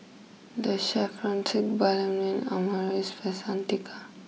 the Chevron and Amaris by Santika